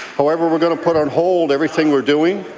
however, we're going to put on hold everything we're doing.